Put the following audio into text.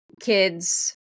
kids